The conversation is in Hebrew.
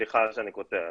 סליחה שאני קוטע אותך.